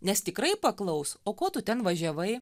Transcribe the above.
nes tikrai paklaus o ko tu ten važiavai